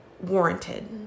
warranted